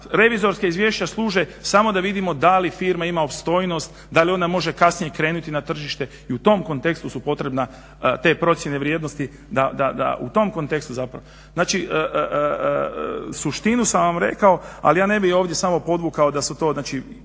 revizorska izvješća služe samo da vidimo da li firma ima opstojnost, da li ona može kasnije krenuti na tržište i u tom kontekstu su potrebne, te procjene vrijednosti da u tom kontekstu zapravo. Znači suštinu sam vam rekao ali ja ne bi ovdje samo podvukao da su to